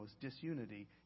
disunity